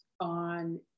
on